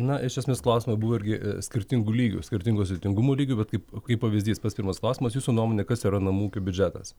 na iš esmės klausimai buvo irgi skirtingų lygių skirtingo sudėtingumo lygių bet kaip pavyzdys pats pirmas klausimas jūsų nuomone kas yra namų ūkių biudžetas